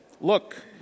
Look